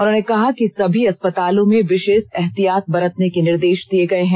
उन्होंने कहा कि सभी अस्पतालों में विषेष एहतियात बरतने के निर्देष दिए गए हैं